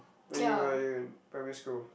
when you were in primary school